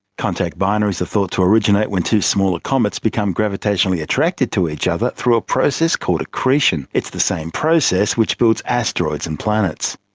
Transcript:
contact binaries are thought to originate went two smaller comets become gravitationally attracted to each other through a process called accretion. it's the same process which built asteroids and planets.